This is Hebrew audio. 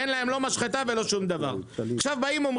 אין להם לא משחטה ולא שום דבר.